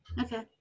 Okay